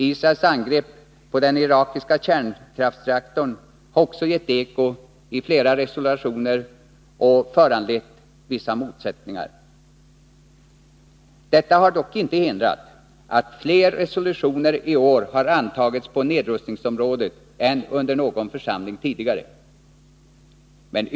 Israels angrepp på den irakiska kärnkraftsreaktorn har också gett eko i flera resolutioner och föranlett vissa motsättningar. Detta har dock inte hindrat att fler resolutioner på nedrustningsområdet har antagits i år än under någon församling tidigare.